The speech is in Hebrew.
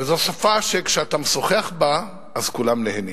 וזו שפה שכשאתה משוחח בה, כולם נהנים.